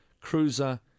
Cruiser